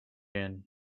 and